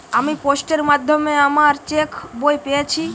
আমি পোস্টের মাধ্যমে আমার চেক বই পেয়েছি